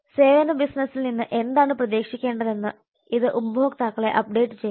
സേവന ബിസിനസിൽ നിന്ന് എന്താണ് പ്രതീക്ഷിക്കേണ്ടതെന്ന് ഇത് ഉപഭോക്താക്കളെ അപ്ഡേറ്റ് ചെയ്യുന്നു